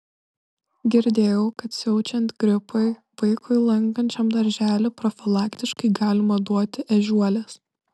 girdėjau kad siaučiant gripui vaikui lankančiam darželį profilaktiškai galima duoti ežiuolės